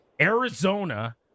Arizona